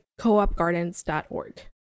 coopgardens.org